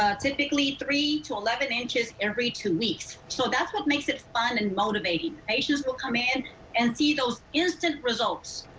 ah typically three to eleven inches every two weeks. so that's what makes it fun and motivating. patients will come in and see those instant results.